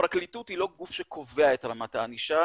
הפרקליטות היא לא גוף שקובע את רמת הענישה,